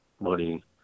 money